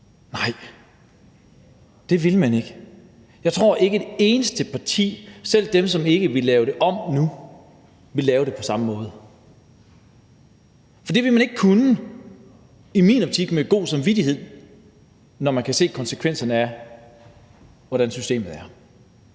Nej, det ville man ikke. Jeg tror ikke, at et eneste parti, selv dem, som ikke vil lave det om nu, ville lave det på samme måde. For det ville man ikke i min optik kunne gøre med god samvittighed, når man kan se konsekvenserne af, hvordan systemet er.